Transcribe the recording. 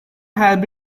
had